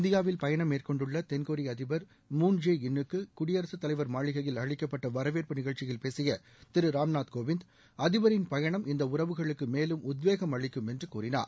இந்தியாவில் பயணம் மேற்கொண்டுள்ள தென்னொரிய அதிபர் மூன் ஜே இன் னுக்கு குடியரசுத் தலைவர் மாளிகையில் அளிக்கப்பட்ட வரவேற்பு நிகழ்ச்சியில் பேசிய திரு ராம் நாத் கோவிந்த் அதிபரின் பயணம் இந்த உறவுகளுக்கு மேலும் உத்வேகமள் அளிக்கும் என்று கூறினார்